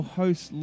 host